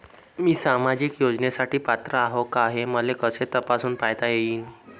मी सामाजिक योजनेसाठी पात्र आहो का, हे मले कस तपासून पायता येईन?